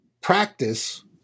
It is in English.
practice